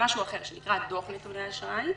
משהו אחר שנקרא דוח נתוני אשראי,